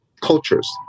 cultures